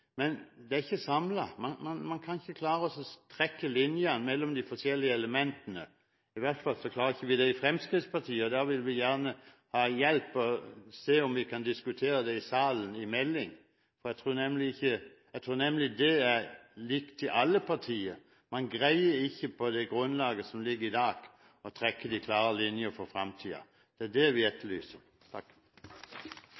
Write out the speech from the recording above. men de er ikke samlet. Man kan ikke klare å trekke linjene mellom de forskjellige elementene. I hvert fall klarer ikke vi i Fremskrittspartiet å gjøre det, og da vil vi gjerne ha hjelp og se om vi kan diskutere det i salen gjennom en melding. Jeg tror nemlig det er likt i alle partier, en greier ikke på det grunnlag som foreligger i dag å trekke de klare linjene for fremtiden. Det er det vi